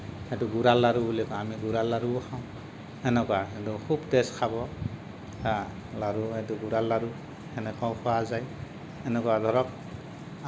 সেইটো গুৰৰ লাড়ু বুলি কয় আমি গুৰৰ লাড়ুও খাওঁ সেনেকুৱা খুব টেষ্ট খাব লাড়ু সেইটো গুৰৰ লাড়ু সেনেকেও খোৱা যায় এনেকুৱা ধৰক